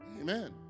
amen